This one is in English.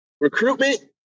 Recruitment